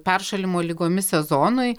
peršalimo ligomis sezonui